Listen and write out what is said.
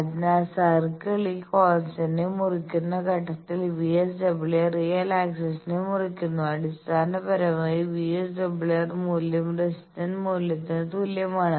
അതിനാൽ സർക്കിൾ ഈ കോൺസ്റ്റന്റ്നെ മുറിക്കുന്ന ഘട്ടത്തിൽ VSWR റിയൽ ആക്സിസ് മുറിക്കുന്നു അടിസ്ഥാനപരമായി VSWR മൂല്യം റെസിസ്റ്റൻസ് മൂല്യത്തിന് തുല്യമാണ്